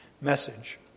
message